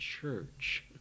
church